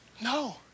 No